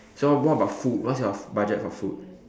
so what about food what's your budget for food